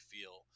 feel